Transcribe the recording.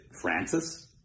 Francis